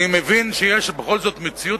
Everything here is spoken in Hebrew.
אני מבין שיש בכל זאת מציאות,